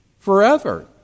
forever